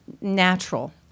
natural